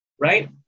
right